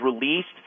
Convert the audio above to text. released